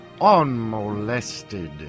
unmolested